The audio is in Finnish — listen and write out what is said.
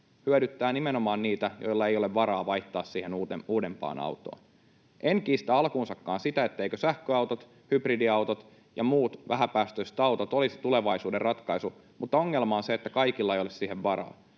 hyödyttää nimenomaan niitä, joilla ei ole varaa vaihtaa uudempaan autoon. En kiistä alkuunsakaan sitä, etteivätkö sähköautot, hybridiautot ja muut vähäpäästöiset autot olisi tulevaisuuden ratkaisu, mutta ongelma on se, että kaikilla ei ole siihen varaa.